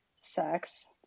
sex